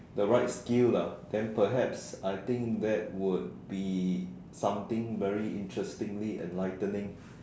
the right skill ah then perhaps I think that will be something very interestingly enlightening